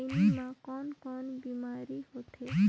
खैनी म कौन कौन बीमारी होथे?